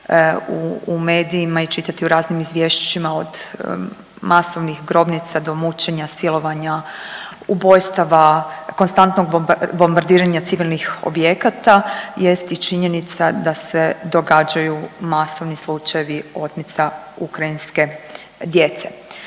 u medijima i čitati u raznim izvješćima od masovnih grobnica do mučenja, silovanja, ubojstava, konstantnog bombardiranja civilnih objekata jest i činjenica da se događaju masovni slučajevi otmica ukrajinske djece.